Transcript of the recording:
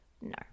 No